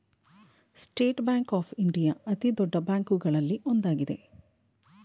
state Bank of India ಅತಿದೊಡ್ಡ ಬ್ಯಾಂಕುಗಳಲ್ಲಿ ಒಂದಾಗಿದೆ